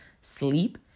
sleep